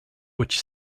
which